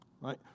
Right